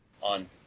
on